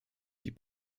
die